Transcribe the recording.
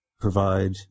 provide